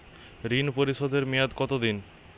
ঋণ পরিশোধের মেয়াদ কত দিন?